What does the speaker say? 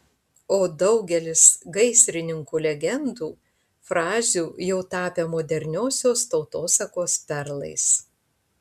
o daugelis gaisrininkų legendų frazių jau tapę moderniosios tautosakos perlais